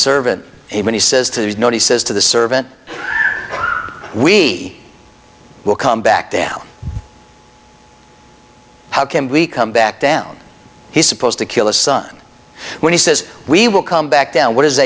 servant even he says to his no he says to the servant we will come back down how can we come back down he's supposed to kill his son when he says we will come back down what is